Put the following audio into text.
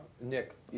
Nick